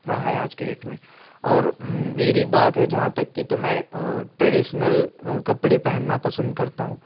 रहा है आज की डेट में और मेरी बात है जहाँ तक की तो मैं ट्रेडिशनल कपड़े पहनना पसंद करता हूँ